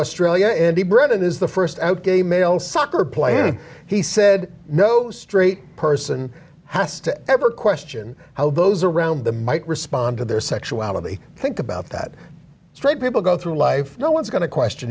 australia and britain is the st out gay male soccer player he said no straight person has to ever question how those around them might respond to their sexuality think about that straight people go through life no one's going to question